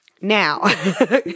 Now